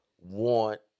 want